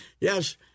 Yes